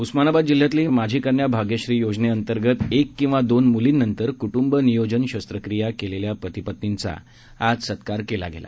उस्मानाबाद जिल्ह्यातल्या माझी कन्या भाग्यश्री योजनेअंतर्गत एक किंवा दोन मुलींनंतर कुट्रंब नियोजन शस्त्रक्रिया केलेल्या पती पत्नींचा आज सत्कार केला गेला